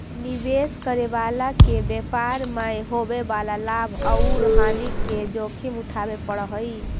निवेश करे वाला के व्यापार मैं होवे वाला लाभ औउर हानि के जोखिम उठावे पड़ऽ हई